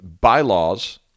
bylaws